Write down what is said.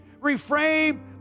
reframe